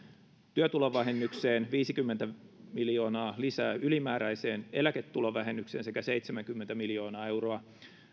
työtulovähennykseen viisikymmentä miljoonaa lisää ylimääräiseen eläketulovähennykseen sekä seitsemänkymmentä miljoonaa euroa